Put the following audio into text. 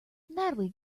natalie